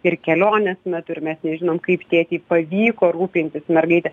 ir kelionės metu ir mes nežinom kaip tėtei pavyko rūpintis mergaite